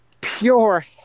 pure